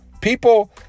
People